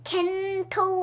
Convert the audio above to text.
Kento